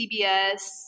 CBS